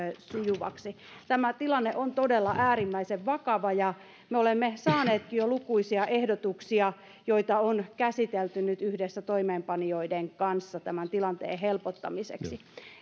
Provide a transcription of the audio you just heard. sujuvaksi tämä tilanne on todella äärimmäisen vakava ja me olemme saaneet jo lukuisia ehdotuksia joita on käsitelty nyt yhdessä toimeenpanijoiden kanssa tämän tilanteen helpottamiseksi